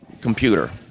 computer